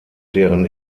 deren